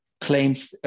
claims